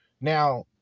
Now